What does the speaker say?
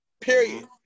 Period